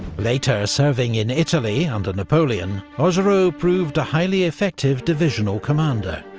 later serving in italy under napoleon, augereau proved a highly effective divisional commander.